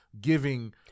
giving-